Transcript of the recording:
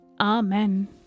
Amen